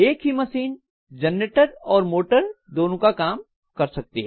एक ही machine generator और मोटर दोनों का काम कर सकती है